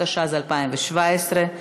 התשע"ז 2017,